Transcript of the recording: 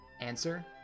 Answer